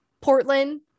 portland